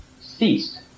ceased